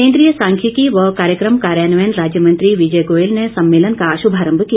के ंद्रीय सांख्यिकी व कार्यक्रम कार्यान्वयन राज्य मंत्री विजय गोयल ने सम्मेलन का शुभारम्भ किया